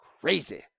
crazy